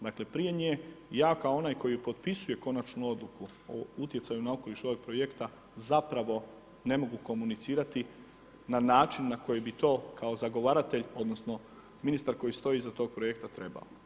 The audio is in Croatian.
Dakle, prije nje ja kao onaj koji potpisuje konačnu odluku o utjecaju na okoliš ovog projekta, zapravo ne mogu komunicirati na način, na koji bi to kao zagovaratelj, odnosno, ministar koji stoji iza tog projekta trebao.